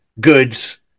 goods